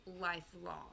lifelong